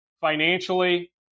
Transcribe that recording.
financially